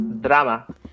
Drama